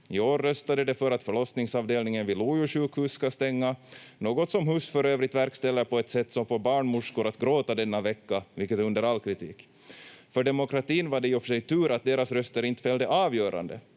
I år röstade de för att förlossningsavdelningen vid Lojo sjukhus ska stänga — något som HUS för övrigt verkställer på ett sätt som får barnmorskor att gråta denna vecka, vilket är under all kritik. För demokratin var det i och för sig tur att deras röster inte fällde avgörandet.